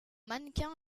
mannequin